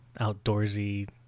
outdoorsy